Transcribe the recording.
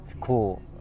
cool